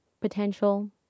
potential